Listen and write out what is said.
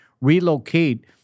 relocate